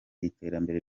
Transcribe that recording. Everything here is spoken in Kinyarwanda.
iterambere